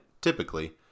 typically –